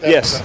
Yes